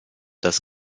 das